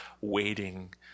waiting